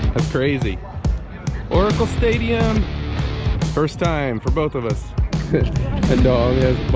crazy oracle stadium first time for both of us the dog has